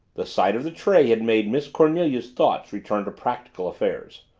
the sight of the tray had made miss cornelia's thoughts return to practical affairs.